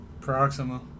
Proxima